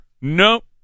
nope